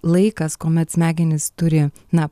laikas kuomet smegenys turi na